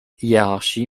hiérarchie